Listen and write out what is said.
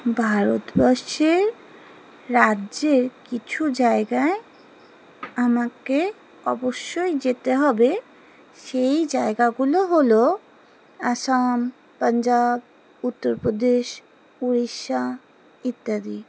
ভারতবর্ষের রাজ্যের কিছু জায়গায় আমাকে অবশ্যই যেতে হবে সেই জায়গাগুলো হলো অসম পঞ্জাব উত্তরপ্রদেশ উড়িষ্যা ইত্যাদি